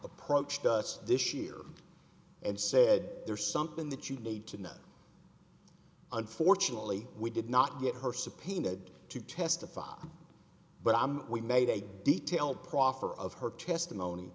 approached us this year and said there's something that you need to know unfortunately we did not get her subpoenaed to testify but i am we made a detailed proffer of her testimony